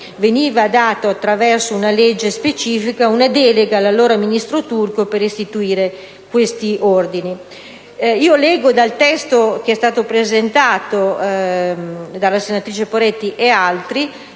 veniva data, attraverso una legge specifica, una delega all'allora ministro Turco per istituire questi ordini. Nel testo dell'ordine del giorno che è stato presentato dalla senatrice Poretti e altri